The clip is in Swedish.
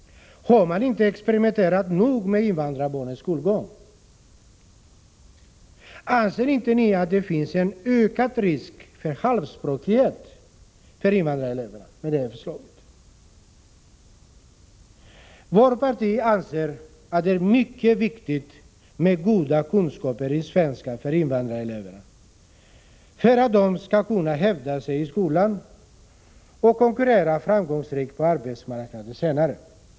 Har man inte experimenterat nog med invandrarbarnens skolgång? Anser inte ni att det finns en ökad risk för halvspråkighet för invandrareleverna, om detta förslag genomförs? Vårt parti anser att det är mycket viktigt med goda kunskaper i svenska för invandrareleverna för att de skall kunna hävda sig i skolan och konkurrera framgångsrikt på arbetsmarknaden senare.